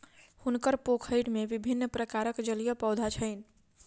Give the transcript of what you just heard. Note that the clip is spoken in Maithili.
हुनकर पोखैर में विभिन्न प्रकारक जलीय पौधा छैन